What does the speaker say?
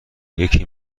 یکی